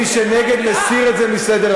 מי שנגד, מסיר את זה מסדר-היום.